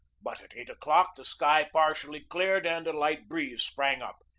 but at eight o'clock the sky partially cleared and a light breeze sprang up.